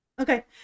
okay